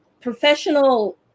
professional